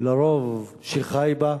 לרוב שחי בה,